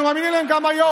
ואנחנו מאמינים בהם גם היום: